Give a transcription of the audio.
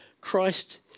Christ